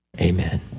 Amen